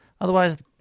Otherwise